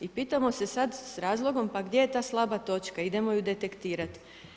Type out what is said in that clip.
I pitamo se sada s razlogom pa gdje je ta slaba točka, idemo ju detektirati.